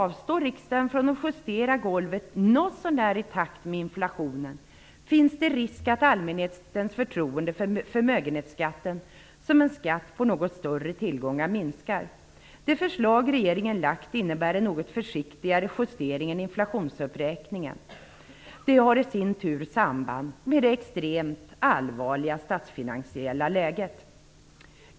Avstår riksdagen från att justera golvet något så när i takt med inflationen, finns nämligen risken att allmänhetens förtroende för förmögenhetsskatten som en skatt på något större tillgångar minskar. Det förslag som regeringen har lagt innebär en något försiktigare justering än inflationsuppräkningen. Det i sin tur har samband med det extremt allvarliga statsfinansiella läget.